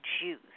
juice